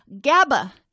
GABA